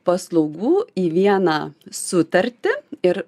paslaugų į vieną sutartį ir